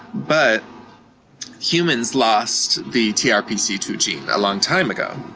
but humans lost the t r p c two gene a long time ago.